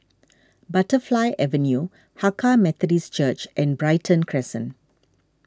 Butterfly Avenue Hakka Methodist Church and Brighton Crescent